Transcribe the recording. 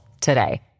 today